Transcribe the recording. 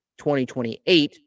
2028